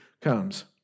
comes